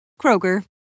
Kroger